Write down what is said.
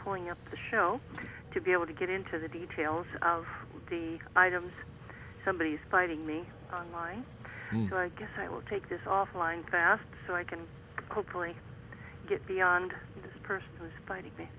pulling up the show to be able to get into the details of the items somebody is fighting me on line so i guess i will take this offline task so i can hopefully get beyond this person who is fighting